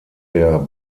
der